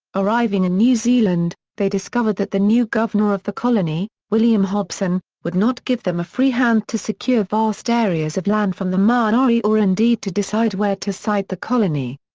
arriving in new zealand, they discovered that the new governor of the colony, william hobson, would not give them a free hand to secure vast areas of land from the maori maori or indeed to decide where to site the colony.